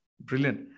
Brilliant